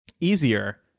easier